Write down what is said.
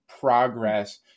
progress